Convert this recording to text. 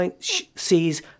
sees